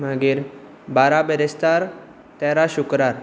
मागीर बारा बिरेस्तार तेरा शुक्रार